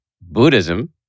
Buddhism